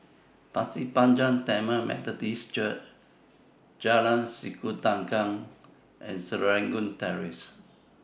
Pasir Panjang Tamil Methodist Church Jalan Sikudangan and Serangoon Terrace